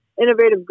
innovative